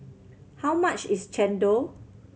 how much is chendol